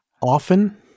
often